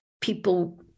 People